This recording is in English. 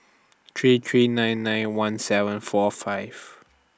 three three nine nine one seven four five